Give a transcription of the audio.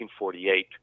1948